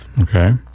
okay